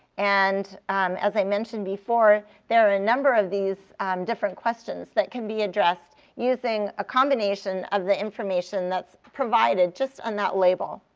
and as i mentioned before, there are a number of these different questions that can be addressed, using a combination of the information that's provided just on that label.